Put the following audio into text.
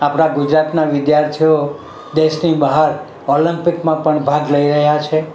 આપણા ગુજરાતના વિદ્યાર્થીઓ દેશની બહાર ઓલમ્પિકમાં પણ ભાગ લઈ રહ્યા છે